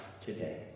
today